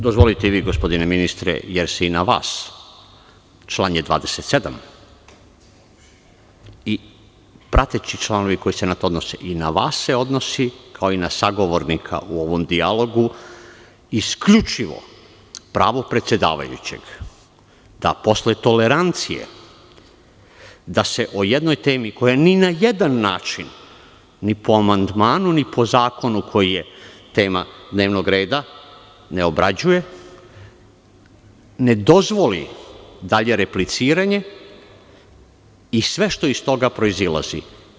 Dozvolite i vi gospodine ministre, jer se i na vas, član je 27. i prateći članovi na koji se to odnose, i na vas se odnosi, kao i na sagovornika u ovom dijalogu, isključivo pravo predsedavajućeg da posle tolerancije da se o jednoj temi koja ni na jedan način ni po amandmanu ni po zakonu koji je tema dnevnog reda ne obrađuje, ne dozvoli dalje repliciranje i sve što iz toga proizilazi.